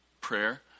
prayer